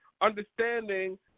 understanding